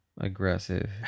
Aggressive